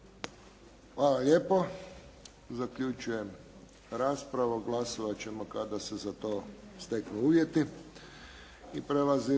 Hvala lijepo. Zaključujem raspravu. Glasovat ćemo kada se za to steknu uvjeti.